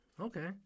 Okay